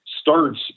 starts